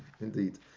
indeed